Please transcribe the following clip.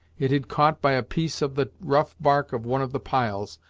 it had caught by a piece of the rough bark of one of the piles,